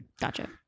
Gotcha